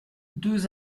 deux